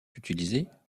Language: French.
utilisées